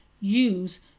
use